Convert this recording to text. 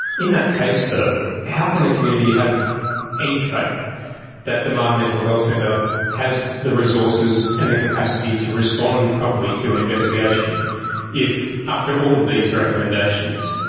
in that case though, how can the community have any faith that the mater mental health centre has the resources and the capacity to respond properly to an investigation if after all of these recommendations,